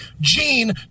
gene